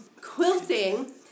Quilting